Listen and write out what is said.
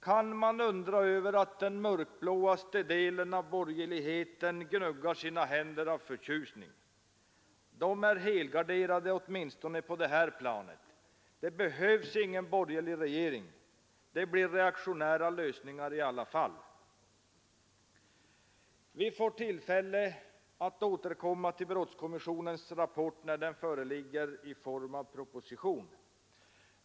Kan man undra över att den mörkblåaste delen av borgerligheten gnuggar sina händer av förtjusning. Den är helgarderad åtminstone på det här planet. Det behövs ingen borgerlig regering. Det blir reaktionära lösningar i alla fall. Vi får tillfälle att återkomma till brottskommissionens rapport när den föreligger i form av en proposition.